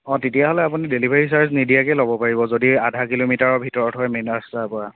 অঁ তেতিয়াহ'লে আপুনি ডেলিভাৰী চাৰ্জ নিদিয়াকে ল'ব পাৰিব যদি আধা কিলোমিটাৰৰ ভিতৰত হয় মেইন ৰাস্তাৰ পৰা